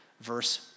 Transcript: Verse